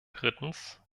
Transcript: drittens